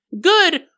good